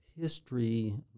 history